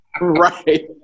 Right